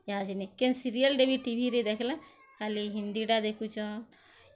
ଏହା କେନ୍ ସିରିଏଲ୍ ବି ଟିଭିରେ ଦେଖିଲେ ଖାଲି ହିନ୍ଦୀଟା ଦେଖୁଛ